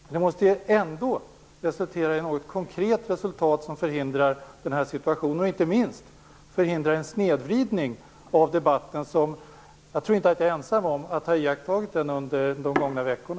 Detta måste resultera i något konkret som förhindrar den här situationen. Inte minst gäller det att förhindra den snedvridning av debatten som jag inte tror att jag är ensam om att ha iakttagit under de gångna veckorna.